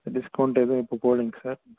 discount எதுவும் இப்போது போடலங்க சார்